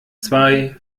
zwei